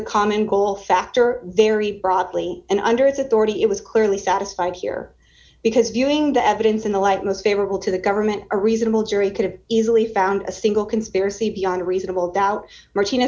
the common goal factor very broadly and under its authority it was clearly satisfied here because viewing the evidence in the light most favorable to the government a reasonable jury could have easily found a single conspiracy beyond a reasonable doubt martine